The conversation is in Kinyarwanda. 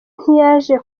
ntiyaje